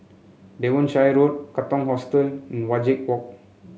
Devonshire Road Katong Hostel and Wajek Walk